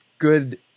Good